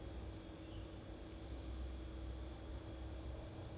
要喝 err over time then you will get used to it